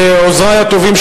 לעוזרי הטובים,